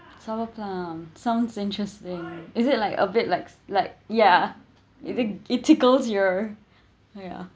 sour plum sounds interesting is it like a bit likes like ya it it tickles your ya